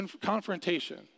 confrontation